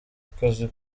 akazi